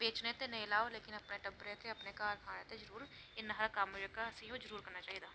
बेचने गित्तै निं लाओ पर अपने खाने ते अपने टब्बरै तै जरूर लाओ साढ़ा कम्म जेह्का ओह् असेंगी जरूर करना चाहिदा